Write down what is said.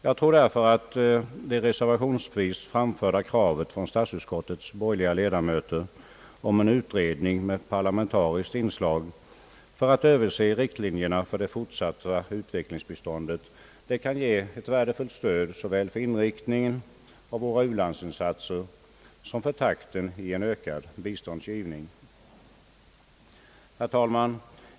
Jag tror därför att det reservationsvis framförda kravet från statsutskottets borgerliga ledamöter om en utredning med parlamentariskt inslag för att överse riktlinjerna för det fortsatta utvecklingsbiståndet kan ge värdefullt stöd såväl för inriktningen av våra u-landsinsatser som för takten i en ökad biståndsgivning. Herr talman!